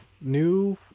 new